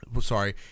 Sorry